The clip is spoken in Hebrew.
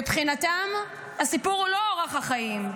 מבחינתם הסיפור הוא לא אורח החיים,